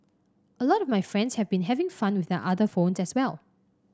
a lot of my friends have been having fun with their other phones as well